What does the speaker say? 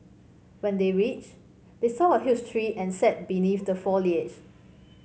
when they reached they saw a huge tree and sat beneath the foliage